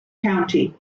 county